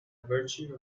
virtue